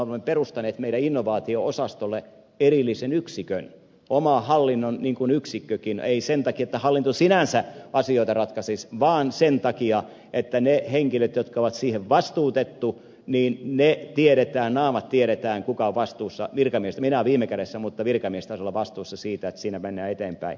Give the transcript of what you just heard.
me olemme perustaneet meidän innovaatio osastollemme erillisen yksikön oman hallinnon niin kuin yksikönkin ei sen takia että hallinto sinänsä asioita ratkaisisi vaan sen takia että tiedetään naamat niistä henkilöistä jotka ovat siihen vastuutettu niin mä tiedetään naamat tiedetään virkamiestasolla vastuutettuja minä olen viime kädessä siitä että siinä mennään eteenpäin